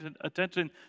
attention